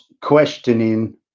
questioning